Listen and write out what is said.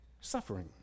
suffering